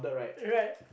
right